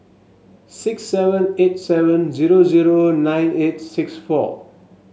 six seven eight seven zero zero nine eight six four